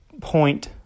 point